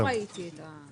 אני לא ראיתי את התיקון הזה.